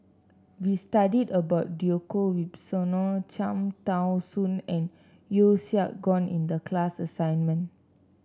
we studied about Djoko Wibisono Cham Tao Soon and Yeo Siak Goon in the class assignment